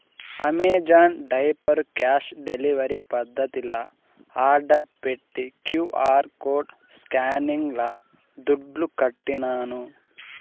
Amazon diaper cash delivery పద్దతిల order పెట్టి QR code స్కానింగ్ల దుడ్లుకట్టినాను